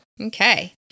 Okay